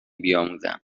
بیاموزند